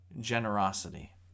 generosity